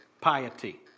piety